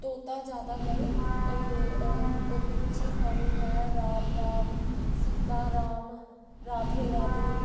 ਤੋਤਾ ਜ਼ਿਆਦਾ ਗਰ ਮਿਰਚੀ ਖਾਣੀ ਹੈ ਰਾਮ ਰਾਮ ਸੀਤਾ ਰਾਮ ਰਾਧੇ ਰਾਧੇ